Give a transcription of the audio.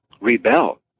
rebel